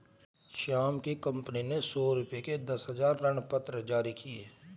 श्याम की कंपनी ने सौ रुपये के दस हजार ऋणपत्र जारी किए